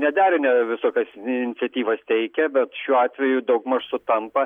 nederinę visokias iniciatyvas teikia bet šiuo atveju daugmaž sutampa